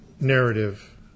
narrative